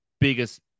biggest